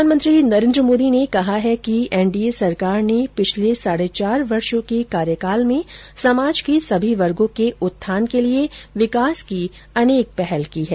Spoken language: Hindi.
प्रधानमंत्री नरेन्द्र मोदी ने कहा है कि एनडीए सरकार ने पिछले साढ़े चार वर्षों के कार्यकाल में समाज के सभी वर्गों के उत्थान के लिए विकास की अनेक पहल की हैं